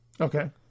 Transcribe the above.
Okay